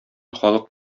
халык